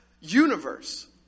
universe